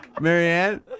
Marianne